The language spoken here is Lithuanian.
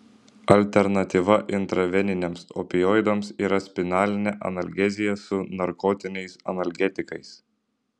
alternatyva intraveniniams opioidams yra spinalinė analgezija su narkotiniais analgetikais